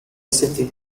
city